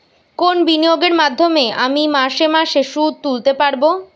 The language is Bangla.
কোন বিনিয়োগের মাধ্যমে আমি মাসে মাসে সুদ তুলতে পারবো?